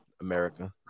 America